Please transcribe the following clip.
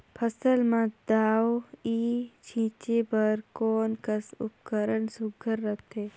फसल म दव ई छीचे बर कोन कस उपकरण सुघ्घर रथे?